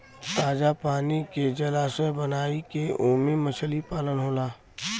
ताजा पानी के जलाशय बनाई के ओमे मछली पालन होला